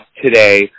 today